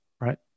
Right